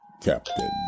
Captain